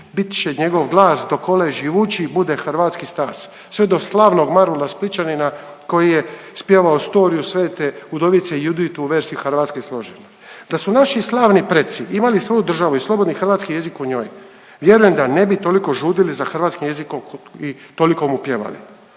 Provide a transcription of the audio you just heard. bit će njegov glas dok onaj živući bude hrvatski stas“ sve do slavnoga Marula Splićanina koji je spjevao Storiju svete udovice Juditu versi hrvatski složeno. Da su naši slavni preci imali svoju državu i slobodni hrvatski jezik u njoj vjerujem da ne bi toliko žudili za hrvatskim jezikom i toliko mu pjevali.